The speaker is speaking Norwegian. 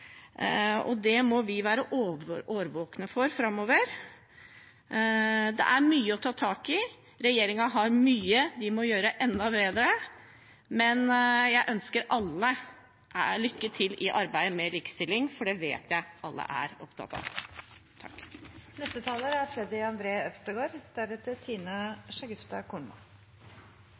Det må vi være årvåkne overfor framover. Det er mye å ta tak i. Regjeringen har mye de må gjøre enda bedre, men jeg ønsker alle lykke til i arbeidet med likestilling, for det vet jeg alle er opptatt av. Feminisme og likestilling er